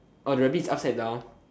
oh the rabbits upside down